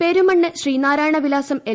Perumannu Sreenarayana വിലാസം L